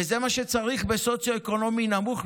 וזה מה שצריך בסוציו-אקונומי נמוך.